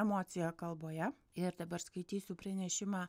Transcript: emocija kalboje ir dabar skaitysiu pranešimą